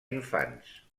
infants